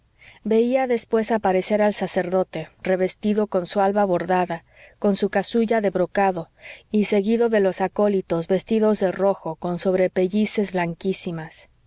veía después aparecer al sacerdote revestido con su alba bordada con su casulla de brocado y seguido de los acólitos vestidos de rojo con sobrepellices blanquísimas